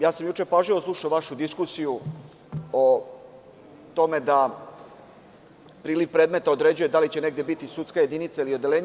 Juče sam pažljivo slušao vašu diskusiju o tome da priliv predmeta određuje da li će negde biti sudske jedinice ili odeljenje.